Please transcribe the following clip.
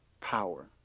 power